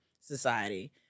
society